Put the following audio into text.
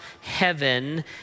heaven